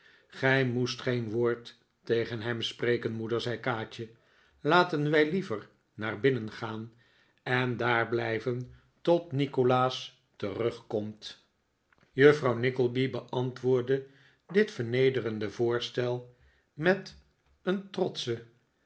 gij moest geen woord tegen hem spreken moeder zei kaatje laten wij liever naar binnen gaan en daar blijven tot nikolaas thuiskomt juffrouw nickleby beantwoordde dit vernederende voorstel met een trotschen